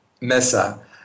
mesa